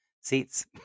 seats